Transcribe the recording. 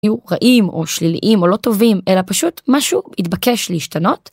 יהיו רעים או שליליים או לא טובים, אלא פשוט משהו התבקש להשתנות.